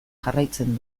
jarraitzen